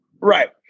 Right